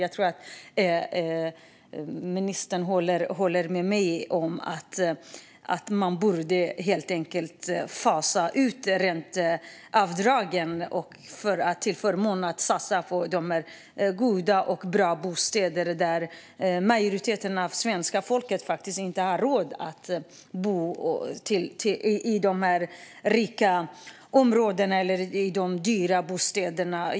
Jag tror att ministern håller med mig om att man borde fasa ut ränteavdragen till förmån för att satsa på bra bostäder, då en majoritet av svenska folket faktiskt inte har råd att bo i de dyra bostäderna i de rika områdena.